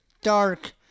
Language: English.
dark